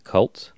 Cult